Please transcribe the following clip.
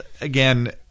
again